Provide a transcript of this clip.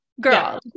girl